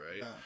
right